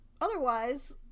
otherwise